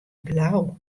blau